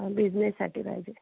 बिझनेससाठी पाहिजे